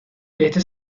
este